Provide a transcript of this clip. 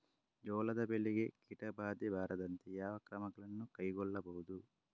ಜೋಳದ ಬೆಳೆಗೆ ಕೀಟಬಾಧೆ ಬಾರದಂತೆ ಯಾವ ಕ್ರಮಗಳನ್ನು ಕೈಗೊಳ್ಳಬಹುದು?